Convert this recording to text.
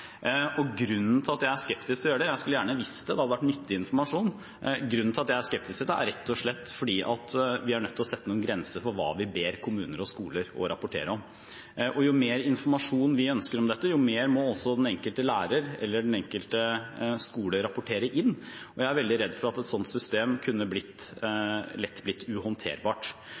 Grunnen til at jeg er skeptisk til å gjøre det – jeg skulle gjerne visst det, det hadde vært nyttig informasjon – er rett og slett at vi er nødt til å sette noen grenser for hva vi ber kommuner og skoler å rapportere om. Jo mer informasjon vi ønsker om dette, jo mer må den enkelte lærer eller den enkelte skole rapportere inn. Jeg er veldig redd for at et slikt system kunne lett blitt